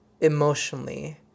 emotionally